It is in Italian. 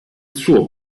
suo